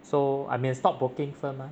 so I'm in a stockbroking firm ah